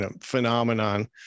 phenomenon